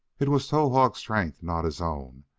it was towahg's strength, not his own,